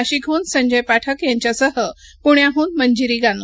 नाशिकहन संजय पाठक यांच्यासह पुण्याहन मंजिरी गानू